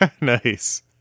nice